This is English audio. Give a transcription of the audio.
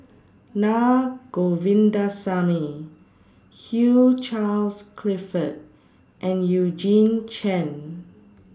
Naa Govindasamy Hugh Charles Clifford and Eugene Chen